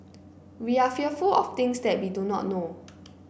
we are fearful of things that we do not know